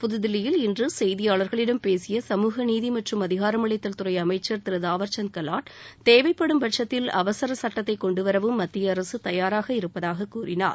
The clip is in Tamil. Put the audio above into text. புதுதில்லியில் இன்று செய்தியாளா்களிடம் பேசிய சமூக நீதி மற்றும் அதிகாரமளித்தல் துறை அமைச்சா் திரு தாவர் சந்த் கெலாட் தேவைப்படும் பட்சத்தில் அவசர சட்டத்தை கொண்டு வரவும் மத்திய அரசு தயாராக இருப்பதாக கூறினார்